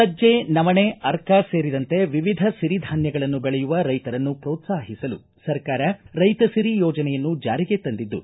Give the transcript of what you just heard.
ಸಜ್ಜೆ ನವಣೆ ಅರ್ಕ ಸೇರಿದಂತೆ ವಿವಿಧ ಸಿರಿಧಾನ್ವಗಳನ್ನು ದೆಳೆಯುವ ರೈತರನ್ನು ಪ್ರೋತ್ಸಾಹಿಸಲು ಸರ್ಕಾರ ರೈತ ಸಿರಿ ಯೋಜನೆಯನ್ನು ಜಾರಿಗೆ ತಂದಿದ್ದು